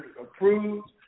approved